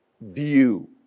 view